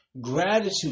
gratitude